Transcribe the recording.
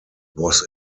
was